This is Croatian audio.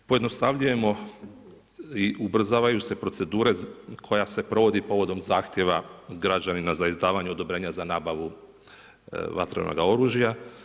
Pojednostavljujemo i ubrzavaju se procedure koja se provodi povodom zahtjeva građanina za izdavanje odobrenja za nabavu vatrenoga oružja.